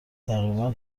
تقریبا